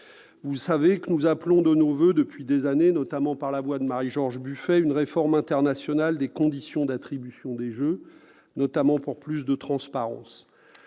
Vous le savez pourtant, nous appelons de nos voeux depuis des années, notamment par la voix de Marie-George Buffet, une réforme internationale des conditions d'attribution des Jeux, notamment pour plus de transparence.